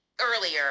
earlier